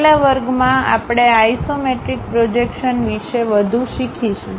આગલા વર્ગમાં આપણે આ આઇસોમેટ્રિક પ્રોજેક્શન વિશે વધુ શીખીશું